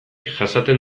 jasaten